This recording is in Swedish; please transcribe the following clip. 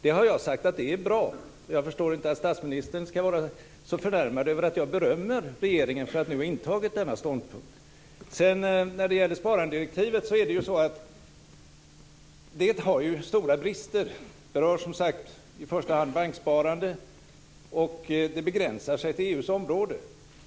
Jag har sagt att detta är bra, och jag förstår inte varför statsministern verkar så förnärmad över att jag berömmer regeringen för att den har intagit denna ståndpunkt. Sparandedirektivet har ju stora brister. Det rör i första hand banksparande, och det begränsar sig till EU:s område.